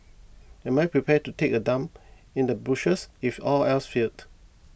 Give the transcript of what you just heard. am I prepared to take a dump in the bushes if all else failed